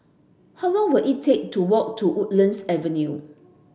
how long will it take to walk to Woodlands Avenue